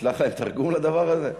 תשלח להם תרגום של הדבר הזה?